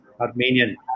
Armenian